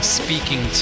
speaking